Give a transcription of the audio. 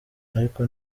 ariko